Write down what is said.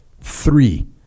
Three